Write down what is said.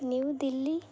new Delhi